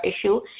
issue